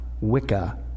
Wicca